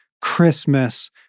Christmas